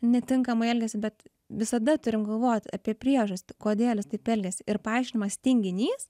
netinkamai elgiasi bet visada turim galvoti apie priežastį kodėl jis taip elgiasi ir paaiškinimas tinginys